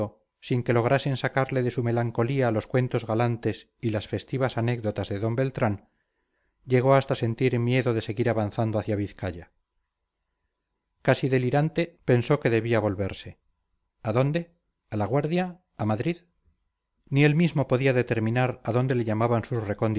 sin que lograsen sacarle de su melancolía los cuentos galantes y las festivas anécdotas de d beltrán llegó hasta sentir miedo de seguir avanzando hacia vizcaya casi delirante pensó que debía volverse a dónde a la guardia a madrid ni él mismo podía determinar a dónde le llamaban sus